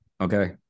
Okay